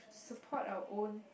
support our own